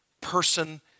person